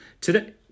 Today